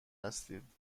هستید